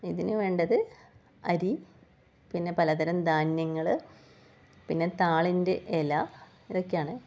ഇതിന് വേണ്ടത് അരി പിന്നെ പലതരം ധാന്യങ്ങൾ പിന്നെ താളിൻ്റെ ഇല ഇതൊക്കെയാണ്